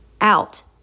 out